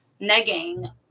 negging